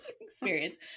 experience